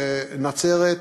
נצרת,